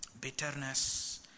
Bitterness